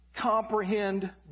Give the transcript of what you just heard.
comprehend